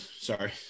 Sorry